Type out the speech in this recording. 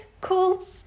cool